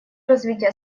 развитие